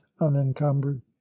unencumbered